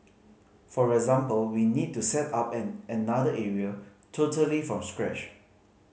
for example we need to set up at another area totally from scratch